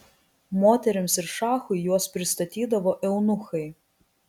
moterims ir šachui juos pristatydavo eunuchai